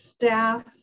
staff